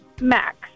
Max